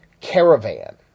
caravan